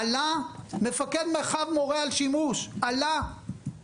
מפקד מרחב מורה על שימוש באלה.